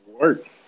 Work